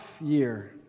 year